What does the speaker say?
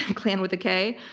clan with a k.